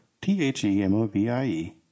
T-H-E-M-O-V-I-E